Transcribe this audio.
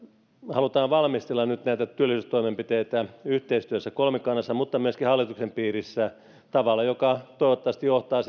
halutaan valmistella näitä työllisyystoimenpiteitä yhteistyössä kolmikannassa mutta myöskin hallituksen piirissä tavalla joka toivottavasti johtaa